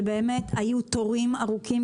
שבאמת היו תורים ארוכים.